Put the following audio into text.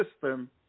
system